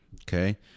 Okay